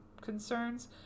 concerns